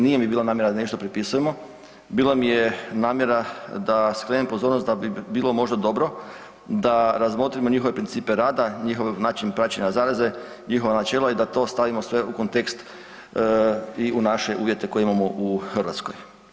Nije mi bila namjera da nešto prepisujemo, bilo mi je namjera da skrenem pozornost da bi bilo možda dobro da razmotrimo njihove principe rada, njihov način praćenja zaraze, njihova načela i da to stavimo sve u kontekst i u naše uvjete koje imamo u Hrvatskoj.